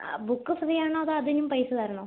book free ആണോ അതോ അതിനും പൈസ തരണോ